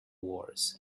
wars